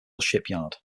shipyard